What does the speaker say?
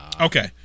Okay